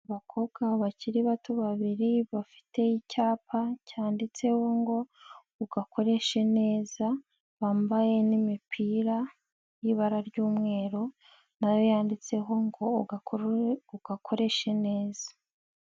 Abakobwa bakiri bato babiri bafite icyapa cyanditseho ngo ugakoreshe neza, wambaye n'imipira y'ibara ry'umweru, nayo yanditseho ngo ugakurure ugakoreshe neza.